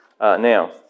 Now